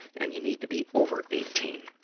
and you need to be over eighteen.